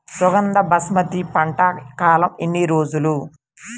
సుగంధ బాస్మతి పంట కాలం ఎన్ని రోజులు?